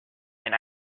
and